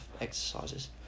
exercises